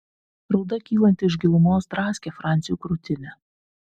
rauda kylanti iš gilumos draskė franciui krūtinę